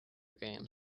games